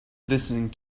listening